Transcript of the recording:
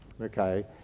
Okay